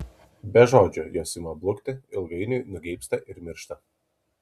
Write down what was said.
be žodžių jos ima blukti ilgainiui nugeibsta ir miršta